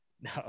no